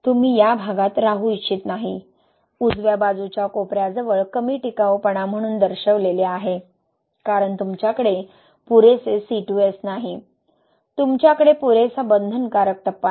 तुम्ही या भागात राहू इच्छित नाही उजव्या बाजूच्या कोपऱ्याजवळ कमी टिकाऊपणा म्हणून दर्शविलेले आहे कारण तुमच्याकडे पुरेसे C2S नाही तुमच्याकडे पुरेसा बंधनकारक टप्पा नाही